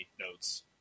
notes